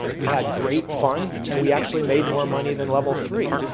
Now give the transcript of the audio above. we had great fun, and we actually made more money than level three.